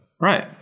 Right